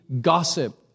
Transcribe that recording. gossip